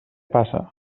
passa